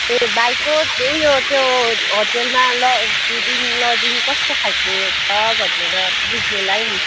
ए भाइको उयो त्यो होटेलमा ल फुडिङ लजिङ कस्तो खालको छ भनेर बुझ्नुलाई नि